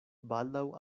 baldaŭ